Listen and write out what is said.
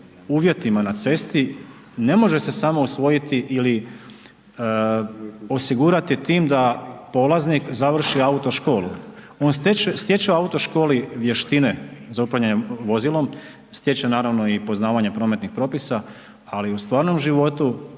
uvjetima na cesti ne može se samo usvojiti ili osigurati tim da polaznik završi autoškolu, on stječe u autoškoli vještine za upravljanje vozilom, stječe naravno i poznavanje prometnih propisa, ali u stvarnom životu